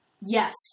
Yes